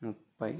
ముప్పై